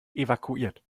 evakuiert